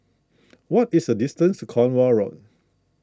what is the distance to Cornwall Road